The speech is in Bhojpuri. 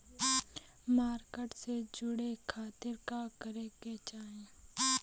मार्केट से जुड़े खाती का करे के चाही?